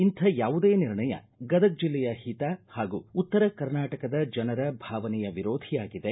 ಇಂಥ ಯಾವುದೇ ನಿರ್ಣಯ ಗದಗ ಜಿಲ್ಲೆಯ ಹಿತ ಹಾಗೂ ಉತ್ತರ ಕರ್ನಾಟಕದ ಜನರ ಭಾವನೆಯ ವಿರೋಧಿಯಾಗಿದೆ